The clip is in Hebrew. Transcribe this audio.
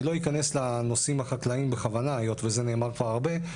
אני לא אכנס לנושאים החקלאים בכוונה היות וזה נאמר כבר הרבה,